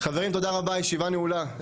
חברים תודה רבה הישיבה נעולה.